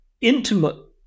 intimate